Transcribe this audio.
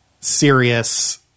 serious